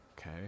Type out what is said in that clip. okay